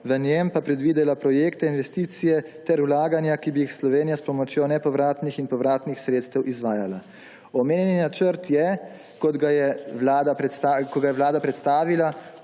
v njem pa predvidela projekte, investicije ter vlaganja, ki bi jih Slovenija s pomočjo nepovratnih in povratnih sredstev izvajala. Omenjeni načrt je, ko ga je Vlada predstavila,